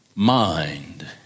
Mind